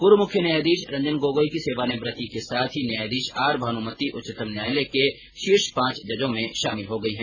पूर्व मुख्य न्यायाधीश रंजन गोगोई की सेवानिवृत्ति के साथ ही न्यायाधीश आर भानूमति उच्चतम न्यायालय के शीर्ष पांच जजों में शामिल हो गई है